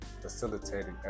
facilitating